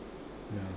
ya